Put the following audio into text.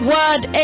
Word